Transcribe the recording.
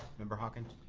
member hawkins?